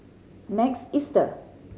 Next Easter